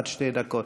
עד שתי דקות.